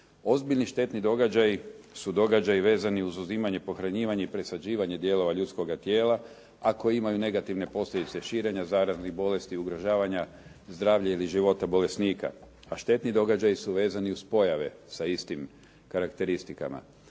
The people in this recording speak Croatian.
Ozbiljni štetni događaji su događaji vezani uz uzimanje, pohranjivanje i presađivanje dijelova ljudskoga tijela ako imaju negativne posljedice širenja zaraznih bolesti, ugrožavanja zdravlja ili života bolesnika a štetni događaji su vezani uz pojave sa istim karakteristikama.